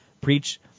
Preach